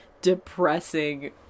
depressing